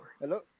Hello